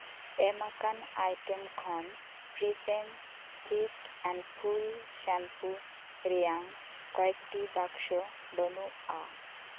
ᱮᱢᱟᱠᱟᱱ item ᱠᱷᱚᱱ ᱴᱨᱤᱥᱮᱢ ᱛᱷᱤᱠ ᱮᱱᱰ ᱯᱷᱩᱞ ᱥᱮᱢᱯᱩ ᱨᱮᱭᱟᱝ ᱠᱚᱭᱮᱠᱴᱤ ᱵᱟᱠᱥᱚ ᱵᱟᱹᱱᱩᱜᱼᱟ